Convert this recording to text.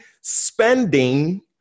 spending